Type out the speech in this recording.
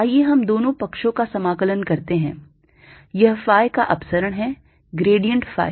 आइए हम दोनों पक्षों का समाकलन करते हैं यह phi का अपसरण है grad phi